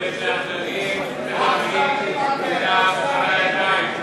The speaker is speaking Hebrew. משחררים מחבלים עם דם על הידיים.